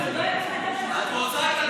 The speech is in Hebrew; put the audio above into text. תתייחסו אחד לשני ולא לעובדים של הכנסת.